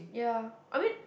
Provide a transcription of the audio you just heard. ya I mean